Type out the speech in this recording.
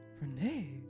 Renee